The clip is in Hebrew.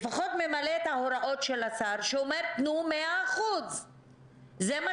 לפחות ממלא את ההוראות של השר שאומר: תנו 100%. זה מה